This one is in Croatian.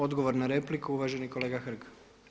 Odgovor na repliku uvaženi kolega Hrg.